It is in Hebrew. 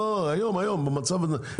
לא היום במצב הזה.